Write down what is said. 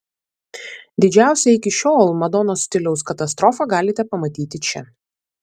didžiausią iki šiol madonos stiliaus katastrofą galite pamatyti čia